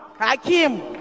Hakim